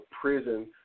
prison